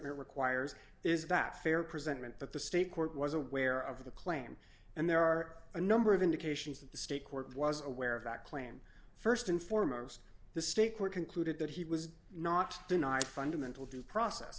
presentment requires is that fair presentment that the state court was aware of the claim and there are a number of indications that the state court was aware of that claim st and foremost the state court concluded that he was not denying fundamental due process